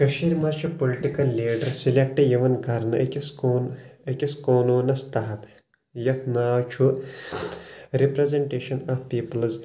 کٔشیٖرِ منٛز چھ پُلٹِکل لیٖڈر سِلٮ۪کٹہٕ یِوان کرنہٕ أکِس قونوٗ أکِس قویوٗنس تحت یتھ ناو چُھ رِپرزنٹیشن آف پیٖپٕلز